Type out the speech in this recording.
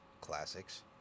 classics